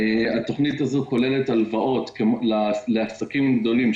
התוכנית הזו כוללת הלוואות לעסקים גדולים,